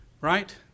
right